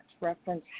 reference